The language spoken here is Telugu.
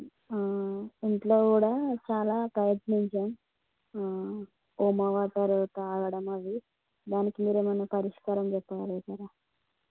ఇంట్లో కూడా చాలా ప్రయత్నించాం వార్మ్ వాటర్ తాగడం అవి దానికి మీరు ఏమైన పరిష్కారం చెప్పగలుగుతారా